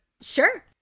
Sure